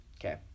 Okay